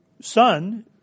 son